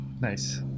Nice